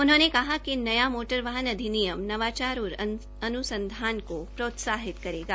उन्होंने कहा कि नया मोटर वाहन अधिनियम वाहन अधिनियम नवाचार और अन्संधान को प्रोत्साहित करेगा